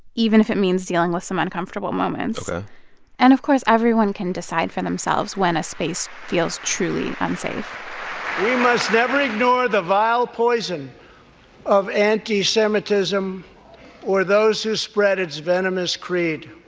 even if it means dealing with some uncomfortable moments ok and of course, everyone can decide for themselves when a space feels truly unsafe we must never ignore the vile poison of anti-semitism or those who spread its venomous creed